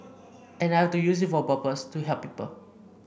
and I have to use it for a purpose to help people